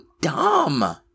dumb